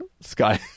sky